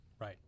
Right